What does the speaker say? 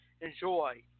enjoy